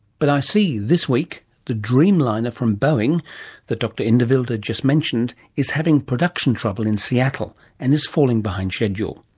but i see this week the dreamliner from boeing that dr. inderwildi just mentioned, is having production trouble in seattle and is falling behind schedule.